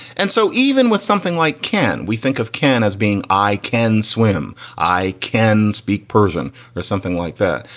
and so even with something like can we think of ken as being i can swim, i can speak person or something like that.